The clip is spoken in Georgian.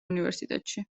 უნივერსიტეტში